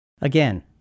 Again